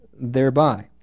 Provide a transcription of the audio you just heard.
thereby